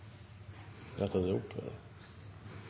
dukker det opp